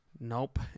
nope